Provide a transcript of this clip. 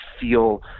feel